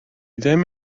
ddim